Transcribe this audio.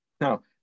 Now